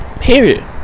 Period